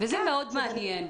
וזה מאוד מעניין.